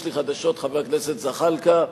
יש לי חדשות, חבר הכנסת זחאלקה,